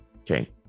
Okay